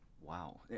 Wow